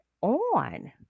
on